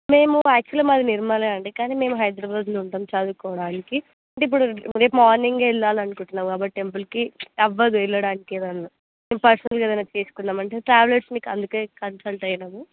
మేము యాక్చువల్లీ మాది నిర్మల్ అండి కానీ మేము హైదరాబాద్లో ఉంటాం చదువుకోవడానికి అంటే ఇప్పుడు రేపు మార్నింగ్ వెళ్ళాలి అనుకుంటున్నాము కాబట్టి టెంపుల్కి అవ్వదు వెళ్ళడానికి ఏదన్న పర్సనల్గా ఏదన్న చేసుకుందాం అంటే ట్రావెల్స్ మీకు అందుకే కన్సల్ట్ అయినాము